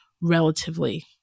relatively